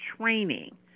training